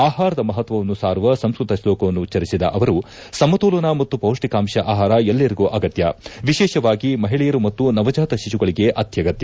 ಆಹಾರದ ಮಹತ್ತವನ್ನು ಸಾರುವ ಸಂಸ್ಕೃತ ಶ್ಲೋಕವನ್ನು ಉಚ್ಚರಿಸಿದ ಅವರು ಸಮತೋಲನ ಮತ್ತು ಪೌಷ್ಣಿಕಾಂಶ ಆಹಾರ ಎಲ್ಲರಿಗೂ ಅಗತ್ಯ ವಿಶೇಷವಾಗಿ ಮಹಿಳೆಯರು ಮತ್ತು ನವಜಾತ ಶಿಶುಗಳಿಗೆ ಅತ್ಯಗತ್ಯ